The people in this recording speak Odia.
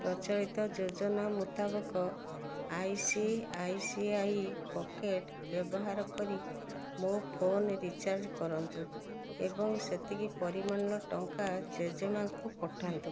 ପ୍ରଚଳିତ ଯୋଜନା ମୁତାବକ I C I C I pocket ବ୍ୟବହାର କରି ମୋ ଫୋନ ରିଚାର୍ଜ କରନ୍ତୁ ଏବଂ ସେତିକି ପରିମାଣର ଟଙ୍କା ଜେଜେମା'କୁ ପଠାନ୍ତୁ